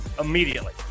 immediately